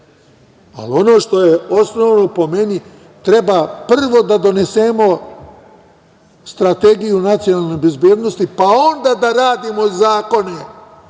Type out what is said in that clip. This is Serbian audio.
ali ono što je osnovno, po meni, treba prvo da donesemo strategiju nacionalne bezbednosti, pa onda da radimo zakone,